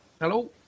Hello